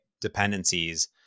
dependencies